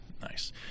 Nice